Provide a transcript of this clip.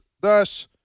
Thus